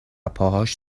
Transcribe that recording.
پاهاش